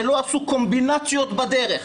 שלא עשו קומבינציות בדרך.